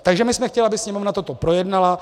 Takže my jsme chtěli, aby Sněmovna toto projednala.